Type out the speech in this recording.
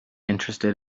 interested